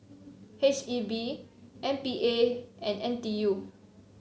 H E B M P A and N T U